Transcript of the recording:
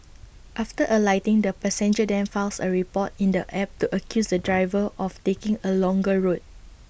after alighting the passenger then files A report in the app to accuse the driver of taking A longer route